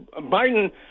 Biden